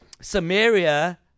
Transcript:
Samaria